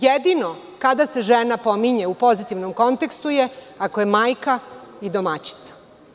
Jedino kada se žena pominje u pozitivnom kontekstu je ako je majka i domaćica.